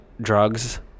drugs